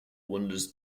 wonders